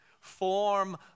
Form